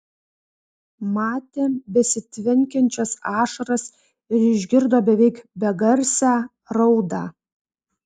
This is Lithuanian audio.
matė besitvenkiančias ašaras ir išgirdo beveik begarsę raudą